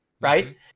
Right